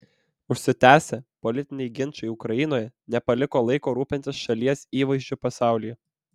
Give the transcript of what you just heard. užsitęsę politiniai ginčai ukrainoje nepaliko laiko rūpintis šalies įvaizdžiu pasaulyje